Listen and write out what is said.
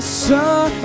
sun